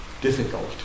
difficult